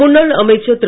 முன்னாள் அமைச்சர் திரு